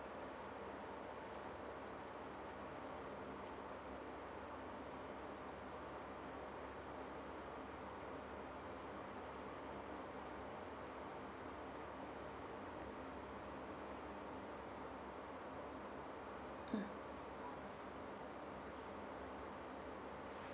mm